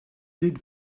did